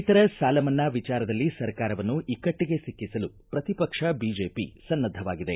ರೈತರ ಸಾಲ ಮನ್ನಾ ವಿಚಾರದಲ್ಲಿ ಸರ್ಕಾರವನ್ನು ಇಕ್ಕಟ್ಟಿಗೆ ಸಿಕ್ಕಿಸಲು ಪ್ರತಿಪಕ್ಷ ಬಿಜೆಪಿ ಸನ್ನದ್ದವಾಗಿದೆ